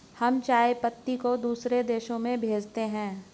हम चाय पत्ती को दूसरे देशों में भेजते हैं